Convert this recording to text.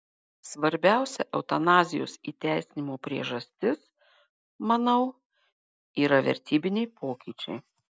svarbiausia eutanazijos įteisinimo priežastis manau yra vertybiniai pokyčiai